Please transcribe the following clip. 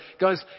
guys